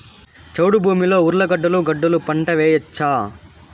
చౌడు భూమిలో ఉర్లగడ్డలు గడ్డలు పంట వేయచ్చా?